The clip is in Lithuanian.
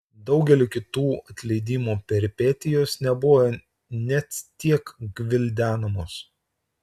daugelio kitų atleidimo peripetijos nebuvo net tiek gvildenamos